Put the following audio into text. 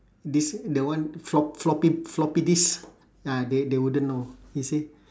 they say the one flop~ floppy floppy disk ah they they wouldn't know you see